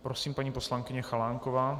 Prosím, paní poslankyně Chalánková.